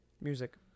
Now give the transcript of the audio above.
music